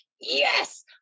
yes